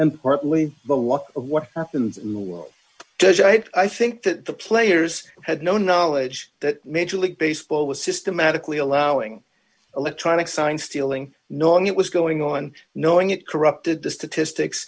and partly but what of what happens in the world i think that the players had no knowledge that major league baseball was systematically allowing electronic sign stealing knowing it was going on knowing it corrupted the statistics